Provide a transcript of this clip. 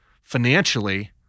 financially